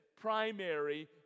primary